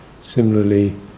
similarly